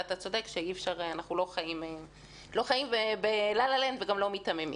אתה צודק שאנחנו לא חיים בלה-לה-לנד וגם לא מיתממים.